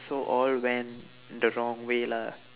so all went the wrong way lah